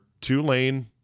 two-lane